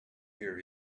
here